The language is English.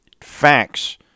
facts